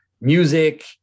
music